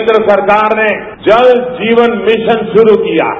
केंद्र सरकार ने जल जीवन मिशन शुरू किया है